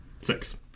Six